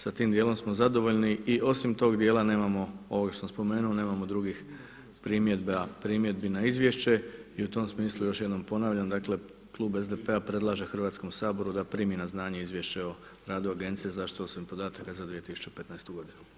Sa tim dijelom smo zadovoljni i osim tog dijela nemamo ovo što sam spomenuo nemamo drugih primjedbi na izvješće i u tom smislu još jednom ponavljam, dakle Klub SDP-a predlaže Hrvatskom saboru da primi na znanje Izvješće o radu Agencije za zaštitu osobnih podataka za 2015. godinu.